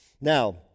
Now